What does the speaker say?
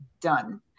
done